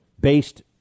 based